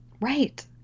Right